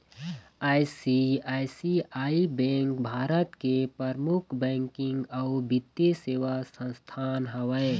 ICICI bank Bharat के परमुख banking अउ बित्तीय सेवा संस्थान हवय